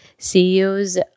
CEOs